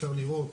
אפשר לראות